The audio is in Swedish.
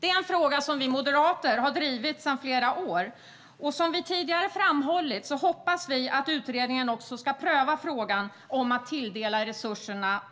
Det är en fråga som vi moderater har drivit sedan flera år. Som vi tidigare har framhållit hoppas vi att utredningen också ska pröva frågan om att tilldela resurserna